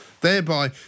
thereby